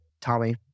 Tommy